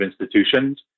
institutions